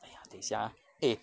!aiya! 等下 eh